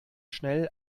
schnell